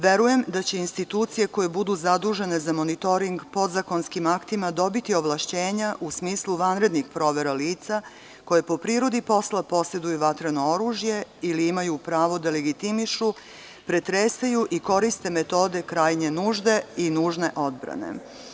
Verujem da će institucije koje budu zadužene za monitoring, podzakonskim aktima dobiti ovlašćenja u smislu vanrednih provera lica koje po prirodi posla poseduju vatreno oružje ili imaju pravo da legitimišu, pretresaju i koriste metode krajnje nužde i nužne odbrane.